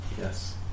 Yes